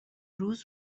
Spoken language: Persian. روز